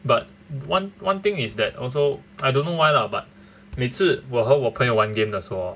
but one one thing is that also I don't know why lah but 每次我和我朋友玩 game 的时候 hor